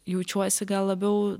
jaučiuosi gal labiau